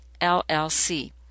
LLC